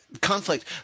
Conflict